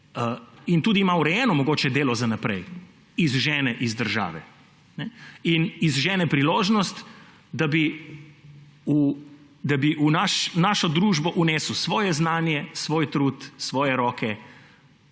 in tudi ima mogoče urejeno delo za naprej, izžene iz države in izžene priložnost, da bi v našo družbo vnesel svoje znanje, svoj trud, svoje roke,